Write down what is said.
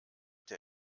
der